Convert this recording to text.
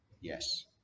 yes